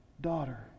daughter